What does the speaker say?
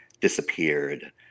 disappeared